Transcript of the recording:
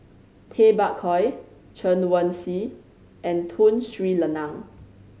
Tay Bak Koi Chen Wen Hsi and Tun Sri Lanang